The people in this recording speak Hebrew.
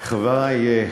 חברי,